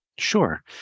Sure